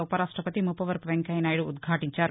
ఉపరాష్టపతి ముప్పవరపు వెంకయ్య నాయుడు ఉద్యాటించారు